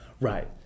Right